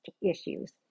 issues